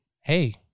hey